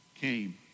came